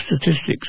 Statistics